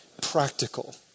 practical